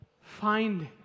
Find